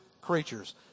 creatures